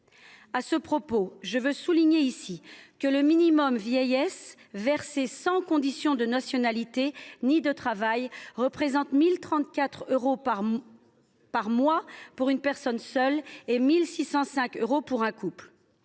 sujet, je veux souligner ici que le minimum vieillesse, versé sans condition de nationalité ni de travail, est de 1 034 euros par mois pour une personne seule et de 1 605 euros par mois pour un couple.